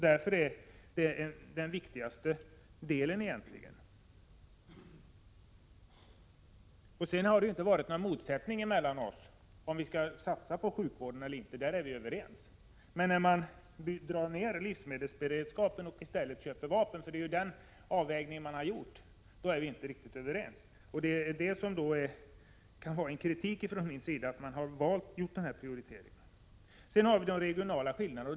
Därför är det egentligen den viktigaste delen. Det har ju inte heller funnits någon motsättning mellan oss om huruvida vi skall satsa på sjukvården eller inte. På den punkten är vi överens. Men när man nu drar ned på livsmedelsberedskapen och i stället köper vapen, då är vi inte riktigt överens. Det är ju den avvägningen man har gjort. Detta kan vara en kritik från min sida, att man har gjort denna prioritering. Sedan har vi de regionala skillnaderna.